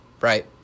right